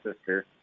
sister